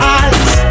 eyes